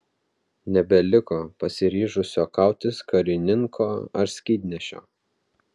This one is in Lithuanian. nebeliko pasiryžusio kautis karininko ar skydnešio